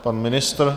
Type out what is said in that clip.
Pan ministr?